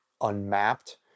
unmapped